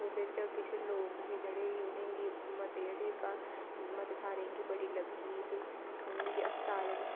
ओह्दे च किश लोक हे जेह्ड़े की उ'नेंगी मते जेह्ड़े घाऽल मते सारें गी बड़ी लग्गी ते उ'नेंगी अस्पताल